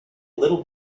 little